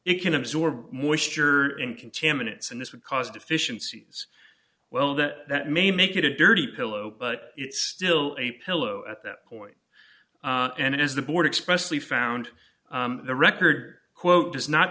it can absorb moisture in contaminants and this would cause deficiencies well that may make it a dirty pillow but it's still a pillow at that point and as the board expressed we found the record quote does not